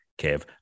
Kev